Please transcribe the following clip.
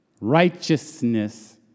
Righteousness